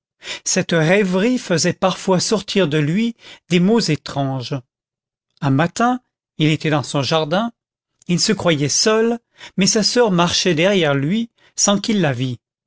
cette rêverie faisait parfois sortir de lui des mots étranges un matin il était dans son jardin il se croyait seul mais sa soeur marchait derrière lui sans qu'il la vît